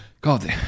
God